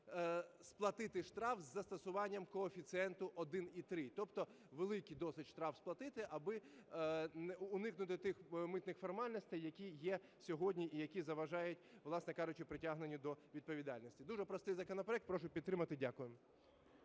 сплатити штраф із застосуванням коефіцієнту 1,3. Тобто великий досить штраф сплатити, аби уникнути тих митних формальностей, які є сьогодні і які заважають, власне кажучи, притягненню до відповідальності. Дуже простий законопроект. Прошу підтримати. Дякую.